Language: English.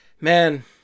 man